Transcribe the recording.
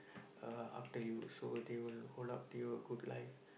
uh after you so they will hold up to you a good life